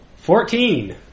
Fourteen